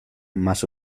más